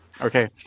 Okay